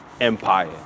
empire